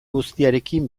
guztiarekin